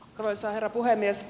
arvoisa herra puhemies